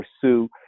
pursue